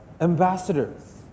ambassadors